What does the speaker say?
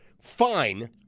fine